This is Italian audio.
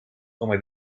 come